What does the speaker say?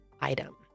item